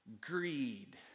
Greed